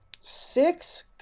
Six